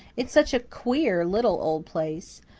it's such a queer, little, old place.